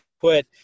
put